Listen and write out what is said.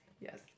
Yes